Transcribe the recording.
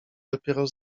dopiero